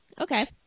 Okay